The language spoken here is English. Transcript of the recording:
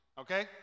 Okay